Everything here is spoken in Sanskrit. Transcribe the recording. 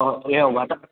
ओहो एवं वा तत्